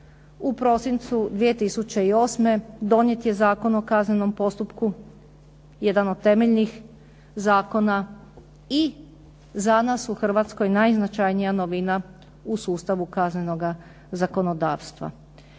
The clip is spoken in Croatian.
u prosincu 2008. donijet je Zakon o kaznenom postupku, jedan od temeljnih zakona i za nas u Hrvatskoj najznačajnija novina u sustavu kaznenoga zakonodavstva.